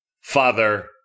Father